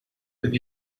with